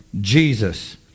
Jesus